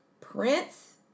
Prince